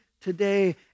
today